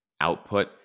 output